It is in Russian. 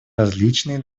различные